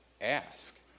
ask